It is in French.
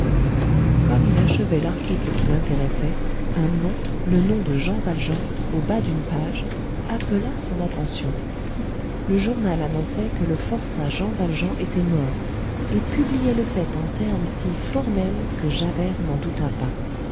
comme il achevait l'article qui l'intéressait un nom le nom de jean valjean au bas d'une page appela son attention le journal annonçait que le forçat jean valjean était mort et publiait le fait en termes si formels que javert n'en douta pas